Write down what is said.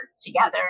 together